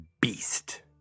beast